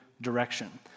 direction